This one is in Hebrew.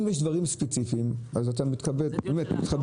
אם יש דברים ספציפיים, אז אתה מתכבד, באמת מכבדים.